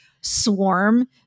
swarm